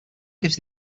gives